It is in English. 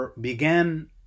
began